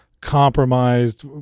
compromised